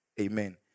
Amen